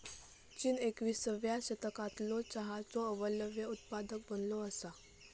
चीन एकविसाव्या शतकालो चहाचो अव्वल उत्पादक बनलो असा